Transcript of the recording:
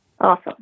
Awesome